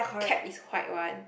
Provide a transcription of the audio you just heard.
cap is white one